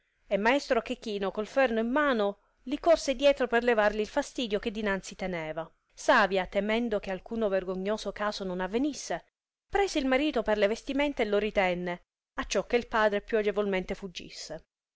e maestro chechino col ferro in mano li corse dietro per levarli il fastidio che dinanzi teneva savia temendo che alcuno vergognoso caso non avvenisse prese il marito per le vestimenta e lo ritenne acciò che il padre più agevolmente fuggisse le